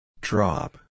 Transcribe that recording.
Drop